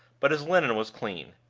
but his linen was clean.